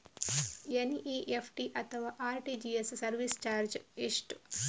NEFT ಅಥವಾ RTGS service charge ಎಷ್ಟು?